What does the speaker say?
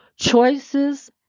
Choices